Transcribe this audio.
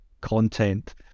content